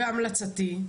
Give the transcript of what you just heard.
בהמלצתי,